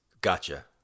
Gotcha